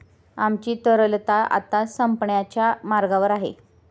आमची तरलता आता संपण्याच्या मार्गावर आहे